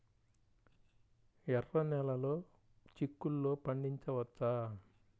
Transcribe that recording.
ఎర్ర నెలలో చిక్కుల్లో పండించవచ్చా?